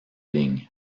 lignes